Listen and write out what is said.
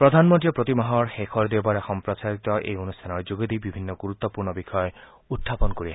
প্ৰধানমন্নীয়ে প্ৰতি মাহৰ শেষৰ দেওবাৰে সম্প্ৰচাৰিত এই অনুষ্ঠানৰ যোগেদি বিভিন্ন গুৰুত্বপূৰ্ণ বিষয় উখাপন কৰি আহিছে